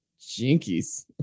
Jinkies